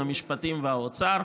המשפטים והאוצר,